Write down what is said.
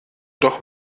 doch